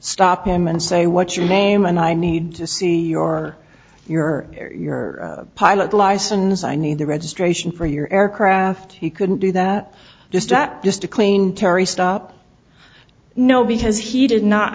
stop him and say what's your name and i need to see your your your pilot's license i need the registration for your aircraft he couldn't do that just that just a clean terry stop no because he did not